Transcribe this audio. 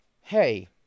hey